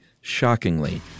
shockingly